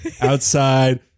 Outside